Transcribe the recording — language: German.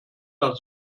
das